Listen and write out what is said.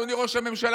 אדוני ראש הממשלה,